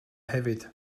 hefyd